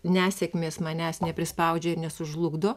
nesėkmės manęs neprispaudžia ir nesužlugdo